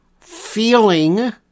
feeling